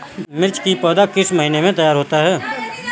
मिर्च की पौधा किस महीने में तैयार होता है?